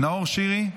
נאור שירי,